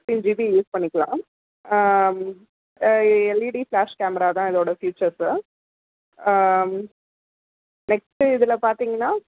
sixteen GB use பண்ணிக்கலாம் LED flash camera தான் இதோடய ஃப்யூசர்ஸ்ஸு நெக்ஸ்ட்டு இதில் பார்த்திங்கன்னா